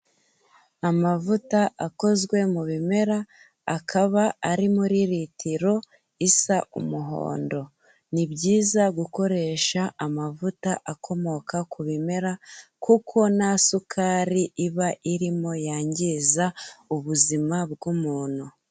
Amavuta akozwe mu bimera, akaba ari muri litiro isa umuhondo. Ni byiza gukoresha amavuta akomoka ku bimera kuko nta sukari iba irimo, yangiza ubuzima bw'umuntu.